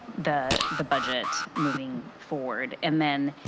the the budget moving forward. and then,